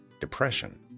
depression